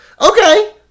Okay